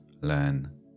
learn